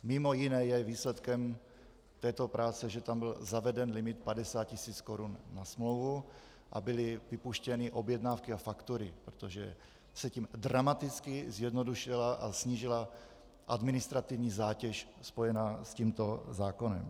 Mimo jiné je výsledkem této práce, že tam byl zaveden limit 50 tisíc korun na smlouvu a byly vypuštěny objednávky a faktury, protože se tím dramaticky zjednodušila a snížila administrativní zátěž spojená s tímto zákonem.